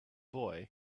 boy